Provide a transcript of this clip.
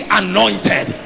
anointed